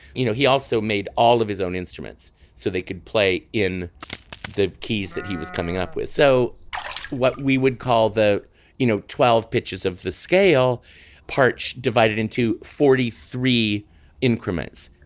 you know he also made all of his own instruments so they could play in the keys that he was coming up with. so what we would call the you know twelve pitches of the scale parched divided into forty three increments.